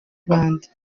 rwanda